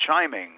chiming